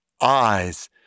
eyes